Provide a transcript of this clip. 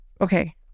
Okay